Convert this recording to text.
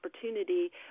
opportunity